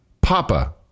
Papa